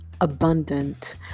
abundant